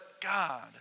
God